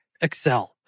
Excel